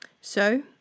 So